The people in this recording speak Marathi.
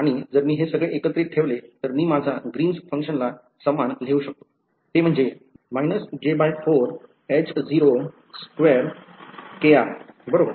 आणि जर मी हे सगळे एकत्रित ठेवले तर मी माझ्या Greens फंक्शनला समान लिहू शकतो बरोबर